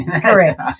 correct